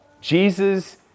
Jesus